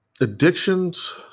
addictions